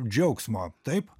džiaugsmo taip